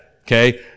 okay